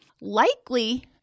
likely